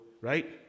right